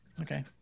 Okay